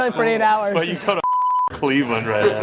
um for eight hours. but you've got to ah cleveland right